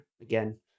again